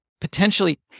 potentially